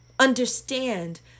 Understand